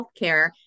Healthcare